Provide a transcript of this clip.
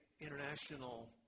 International